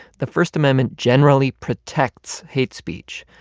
the first amendment generally protects hate speech,